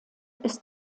ist